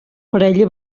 parella